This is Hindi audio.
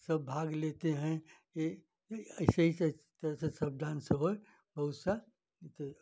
सब भाग लेते हैं ए ऐसे ऐसे जैसे सब डांस सब होए